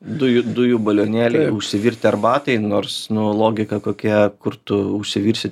dujų dujų balionėliai užsivirti arbatai nors nu logika kokia kur tu užsivirsi